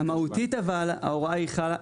מהותית אבל ההוראה חלה,